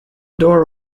door